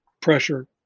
pressure